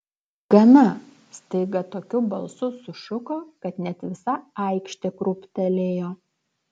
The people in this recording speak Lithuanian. gana staiga tokiu balsu sušuko kad net visa aikštė krūptelėjo